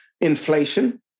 inflation